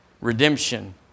redemption